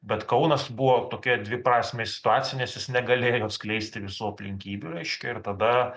bet kaunas buvo tokioje dviprasmėj situaci nes jis negalėjo atskleisti visų aplinkybių reiškia ir tada